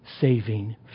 saving